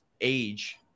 age